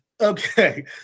Okay